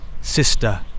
Sister